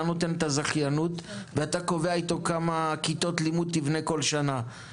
אתה נותן את הזכיינות ואתה קובע איתו כמה כיתות לימוד תבנה כל שנה.